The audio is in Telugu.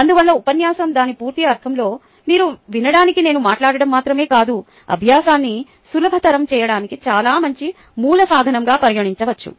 అందువల్ల ఉపన్యాసం దాని పూర్తి అర్థంలో మీరు వినడానికి నేను మాట్లాడటం మాత్రమే కాదు అభ్యాసాన్ని సులభతరం చేయడానికి చాలా మంచి మూల సాధనంగా పరిగణించవచ్చు